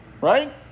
right